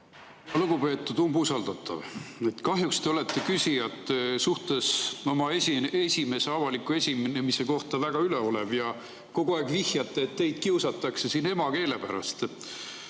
Lugupeetud umbusaldatav! Kahjuks te olete küsijate suhtes oma esimese avaliku esinemise kohta väga üleolev ja kogu aeg vihjate, et teid kiusatakse siin emakeele pärast.